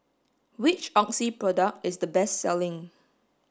which Oxy product is the best selling